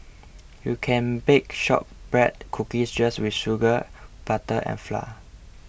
you can bake Shortbread Cookies just with sugar butter and flour